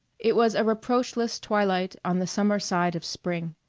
it was a reproachless twilight on the summer side of spring.